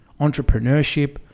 entrepreneurship